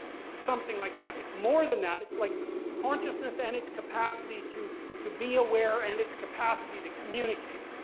it's something like that. it's more than that. it's like consciousness and its capacity to to be aware and its capacity to communicate.